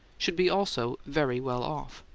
should be also very well off.